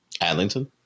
Adlington